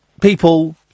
people